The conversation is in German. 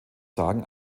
sagen